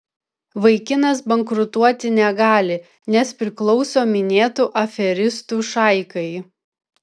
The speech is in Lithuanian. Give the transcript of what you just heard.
vaikinas bankrutuoti negali nes priklauso minėtų aferistų šaikai